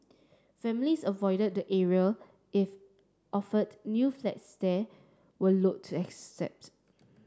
families avoided the area if offered new flats there were loathe to accept